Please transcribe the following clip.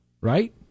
Right